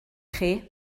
chi